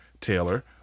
Taylor